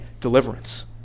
deliverance